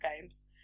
games